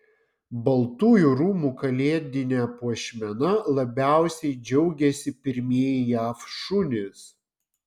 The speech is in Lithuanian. baltųjų rūmų kalėdine puošmena labiausiai džiaugiasi pirmieji jav šunys